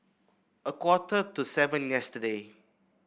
a quarter to seven yesterday